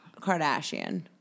Kardashian